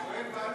זוהיר בהלול,